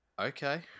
Okay